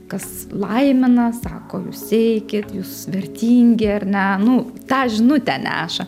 kas laimina sako jūs eikit jūs vertingi ar ne nu tą žinutę neša